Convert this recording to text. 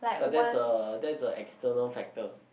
but that's a that's a external factor